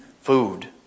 food